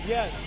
Yes